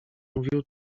mówił